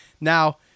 Now